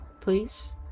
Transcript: please